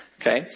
Okay